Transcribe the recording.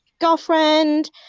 girlfriend